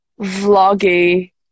vloggy